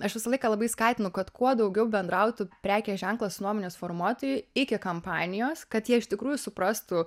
aš visą laiką labai skatinu kad kuo daugiau bendrautų prekės ženklas su nuomonės formuotoju iki kampanijos kad jie iš tikrųjų suprastų